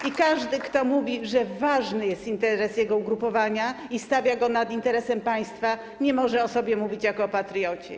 Nikt, kto mówi, że ważny jest interes jego ugrupowania, i stawia go nad interesem państwa, nie może o sobie mówić jako o patriocie.